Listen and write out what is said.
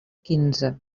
quinze